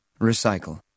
Recycle